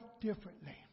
differently